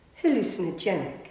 hallucinogenic